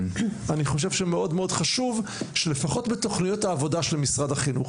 אני חושב שמאוד חשוב שלפחות בתכניות העבודה של משרד החינוך,